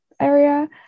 area